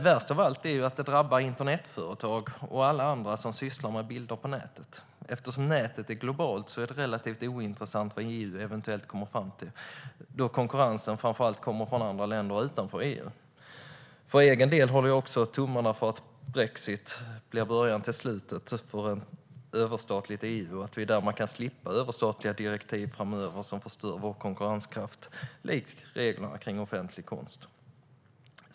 Värst av allt är att det drabbar internetföretag och alla andra som sysslar med bilder på nätet. Eftersom nätet är globalt är det relativt ointressant vad EU eventuellt kommer fram till, då konkurrensen framför allt kommer från länder utanför EU. För egen del håller jag tummarna för att Brexit blir början till slutet för ett överstatligt EU och att vi därmed framöver kan slippa överstatliga direktiv som förstör vår konkurrenskraft, likt reglerna kring offentlig konst.